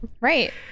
right